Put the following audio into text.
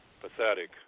pathetic